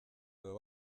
edo